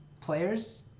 players